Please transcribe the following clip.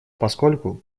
поскольку